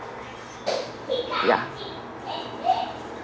ya